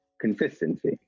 consistency